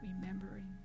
remembering